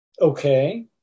okay